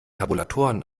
tabulatoren